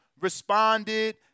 Responded